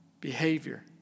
behavior